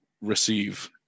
receive